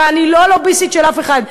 אני לא לוביסטית של אף אחד,